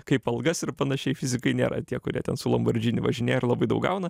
kaip algas ir panašiai fizikai nėra tie kurie ten su lambordžini važinėja ir labai daug gauna